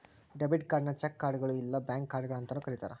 debit ಕಾರ್ಡ್ನ cheque ಕಾರ್ಡ್ಗಳು ಇಲ್ಲಾ ಬ್ಯಾಂಕ್ ಕಾರ್ಡ್ಗಳ ಅಂತಾನೂ ಕರಿತಾರ